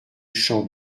champ